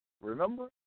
Remember